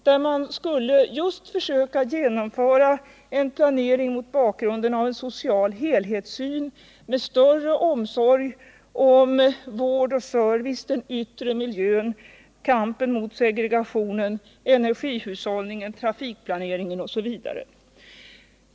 Det gällde en planering mot bakgrund av en social helhetssyn med större omsorg om vård och service, den yttre miljön, kampen mot segregationen, energihushållningen, trafikplaneringen osv.